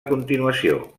continuació